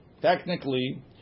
technically